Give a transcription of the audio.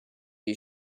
you